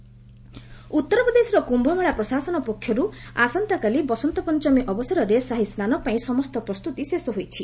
Kumbh Mela preparation ଉତ୍ତରପ୍ରଦେଶର କୁୟମେଳା ପ୍ରଶାସନ ପକ୍ଷରୁ ଆସନ୍ତାକାଲି ବସନ୍ତ ପଞ୍ଚମୀ ଅବସୀରେ ସାହିସ୍ନାନ ପାଇଁ ସମସ୍ତ ପ୍ରସ୍ତୁତି ଶେଷ ହୋଇଛି